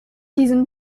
diesen